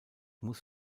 muss